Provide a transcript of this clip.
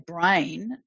brain